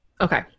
Okay